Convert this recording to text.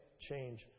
change